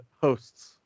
hosts